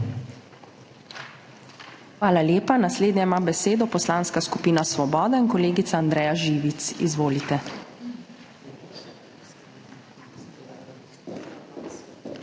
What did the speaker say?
Hvala lepa. Naslednja ima besedo Poslanska skupina Svoboda in kolegica Andreja Živic. Izvolite.